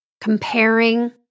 comparing